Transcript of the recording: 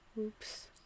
Oops